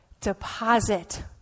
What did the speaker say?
deposit